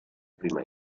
prima